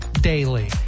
Daily